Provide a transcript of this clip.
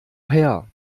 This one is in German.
her